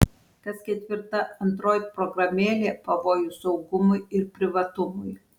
kas ketvirta android programėlė pavojus saugumui ir privatumui